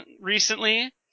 recently